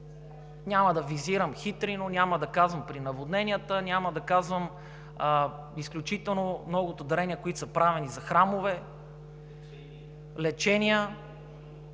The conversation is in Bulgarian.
Няма да визирам Хитрино, няма да казвам при наводненията, няма да казвам изключително многото дарения, които са правени за храмове, лечения,